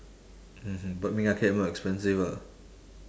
mmhmm but ming arcade more expensive ah